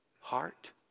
heart